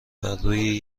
برروی